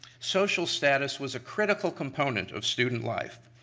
social status was a critical component of student life.